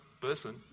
person